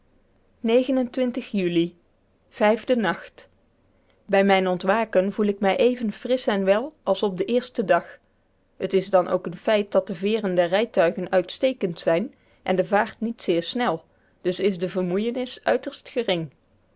juli vijfde nacht bij mijn ontwaken voel ik mij even frisch en wel als op den eersten dag t is dan ook een feit dat de veeren der rijtuigen uitstekend zijn en de vaart niet zeer snel dus is de vermoeienis uiterst gering